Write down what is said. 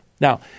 Now